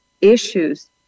issues